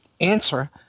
answer